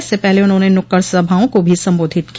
इससे पहले उन्होंने नुक्कड़ सभाओं को भी संबोधित किया